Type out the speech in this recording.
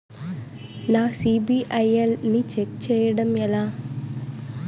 నా సిబిఐఎల్ ని ఛెక్ చేయడం ఎలా?